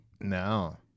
No